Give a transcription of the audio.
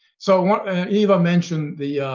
so eva mentioned